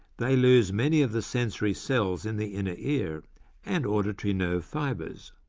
they lose many of the sensory cells in the inner ear and auditory nerve fibres.